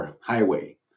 highway